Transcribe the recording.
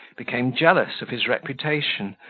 became jealous of his reputation,